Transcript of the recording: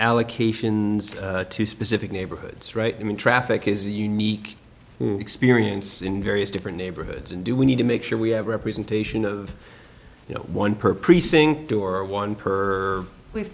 allocation to specific neighborhoods right i mean traffic is a unique experience in various different neighborhoods and do we need to make sure we have representation of you know one per precinct or one per we